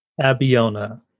Abiona